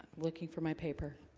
looking for my paper